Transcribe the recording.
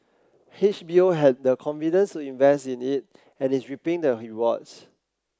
H B O had the confidence to invest in it and is reaping the rewards